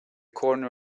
corner